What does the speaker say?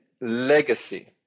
Legacy